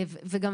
בסוף,